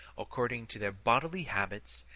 according to their bodily habit,